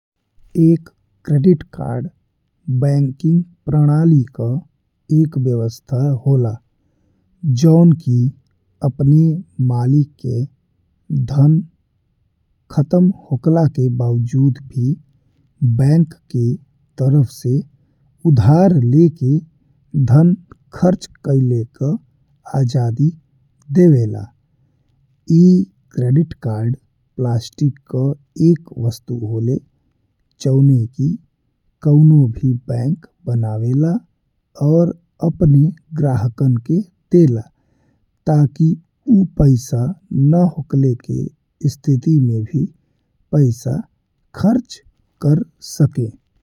एक credit card banking प्रणाली का एक व्यवस्था होला, जौन कि अपने मालिक के धन खत्म होकला के बावजूद भी बैंक के तरफ से उधार लेके धन खर्च कइले के आजादी देवेला। ई क्रेडिट कार्ड प्लास्टिक का एक वस्तु होला जौने कि कऊनों भी बैंक बनावेला और अपने ग्राहकन के देला ताकि उ पैसा ना होकले के स्थिति में भी पैसा खर्च कर सकें।